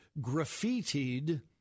graffitied